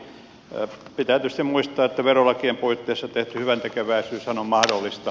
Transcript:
pitää tietysti muistaa että verola kien puitteissa tehty hyväntekeväisyyshän on mahdollista